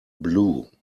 blue